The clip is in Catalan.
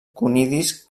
conidis